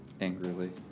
Angrily